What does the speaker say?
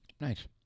Nice